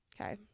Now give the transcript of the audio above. Okay